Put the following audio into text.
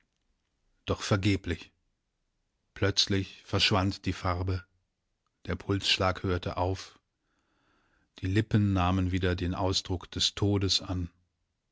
doch vergeblich plötzlich verschwand die farbe der pulsschlag hörte auf die lippen nahmen wieder den ausdruck des todes an